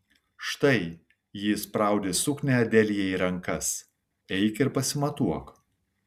štai ji įspraudė suknią adelijai į rankas eik ir pasimatuok